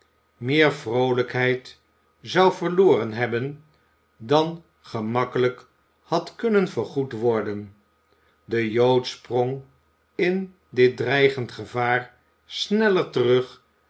meer vroolijkheid zou verloren hebben dan gemakkelijk had kunnen vergoed worden de jood sprong in dit dreigend gevaar sneller terug